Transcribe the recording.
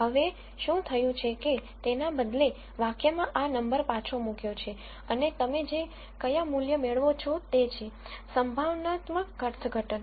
હવે શું થયું છે કે તેના બદલે વાક્યમાં આ નંબર પાછો મૂક્યો છે અને તમે જે કયા મૂલ્ય મેળવો છો તે છે સંભાવનાત્મક અર્થઘટન